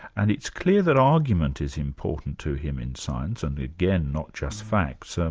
and it's clear that argument is important to him in science and again not just facts.